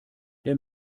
der